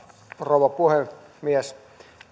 rouva puhemies